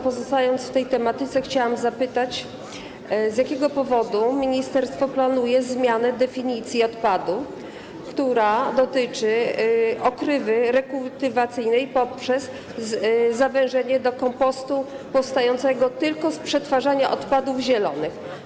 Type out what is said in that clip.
Pozostając w tej tematyce, chciałam zapytać, z jakiego powodu ministerstwo planuje zmianę definicji odpadu, która dotyczy okrywy rekultywacyjnej, poprzez jej zawężenie do kompostu powstającego tylko z przetwarzania odpadów zielonych.